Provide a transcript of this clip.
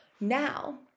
Now